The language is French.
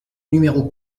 numéro